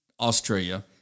Australia